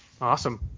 Awesome